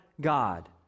God